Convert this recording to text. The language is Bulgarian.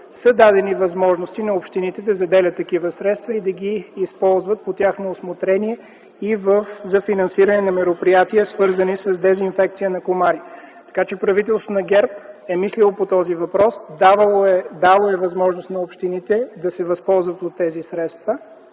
са дадени възможности на общините да заделят такива средства и да ги използват по тяхно усмотрение и за финансиране на мероприятия, свързани с дезинфекция на комари. Така, че правителството на ГЕРБ е мислило по този въпрос – дало е възможност на общините да се възползват от тези средства.